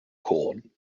corn